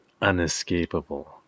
unescapable